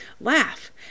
Laugh